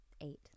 Eight